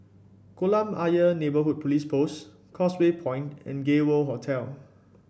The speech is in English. Kolam Ayer Neighbourhood Police Post Causeway Point and Gay World Hotel